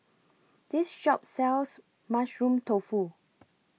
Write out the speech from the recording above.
This Shop sells Mushroom Tofu